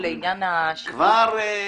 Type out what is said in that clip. נכנסתי לתפקיד של מנהל הביקורת לפני ארבעה חודשים.